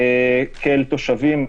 כאל תושבים.